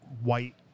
white